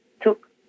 took